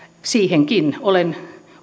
siihenkin olen